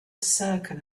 circle